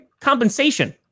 compensation